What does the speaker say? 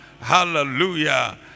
Hallelujah